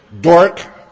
dork